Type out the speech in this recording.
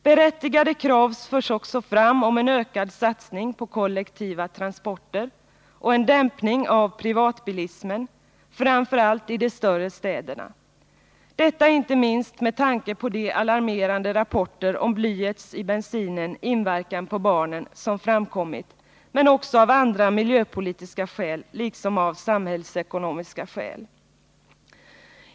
Berättigade krav förs också fram på en ökad satsning på kollektiva transporter och en dämpning av privatbilismen, framför allt i de större städerna, detta inte minst med tanke på de alarmerande rapporter som framkommit om blyets i bensinen inverkan på barnen, men också av andra miljöpolitiska skäl, liksom av samhällsekonomiska skäl.